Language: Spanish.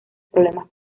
problemas